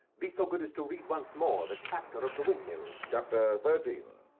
be so good as to read once more the chapter of the windmills. chapter thirteen.